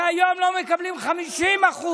כשהיום לא מקבלים 50%